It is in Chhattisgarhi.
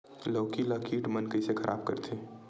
लौकी ला कीट मन कइसे खराब करथे?